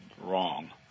wrong